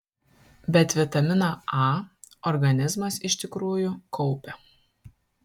bet vitaminą a organizmas iš tikrųjų kaupia